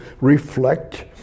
reflect